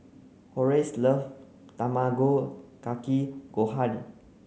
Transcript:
Horace love Tamago Kake Gohan